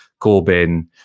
Corbyn